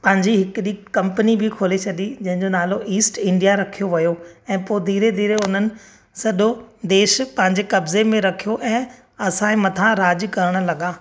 पंहिंजी हिकिड़ी कंपनी बि खोली छॾी जंहिंजो नालो ईस्ट इंडिया रखियो वियो ऐं पोइ धीरे धीरे उन्हनि सॼो देश पंहिंजे कब्ज़े में रखियो ऐं असांजे मथां राज करणु लॻा